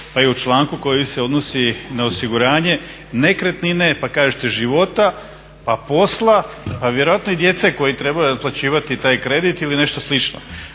pa i u članku koji se odnosi na osiguranje nekretnine pa kažete života, pa posla, pa vjerojatno i djece koji trebaju otplaćivati taj kredit ili nešto slično.